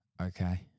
Okay